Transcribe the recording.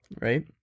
right